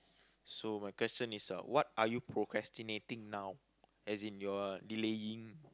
so my question is a what are you procrastinating now as in you're delaying